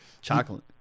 Chocolate